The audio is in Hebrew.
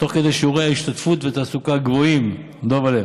תוך כדי שיעורי השתתפות ותעסוקה גבוהים, דבל'ה.